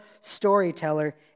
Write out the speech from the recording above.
storyteller